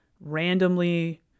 randomly